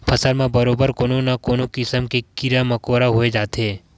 फसल म बरोबर कोनो न कोनो किसम के कीरा मकोरा होई जाथे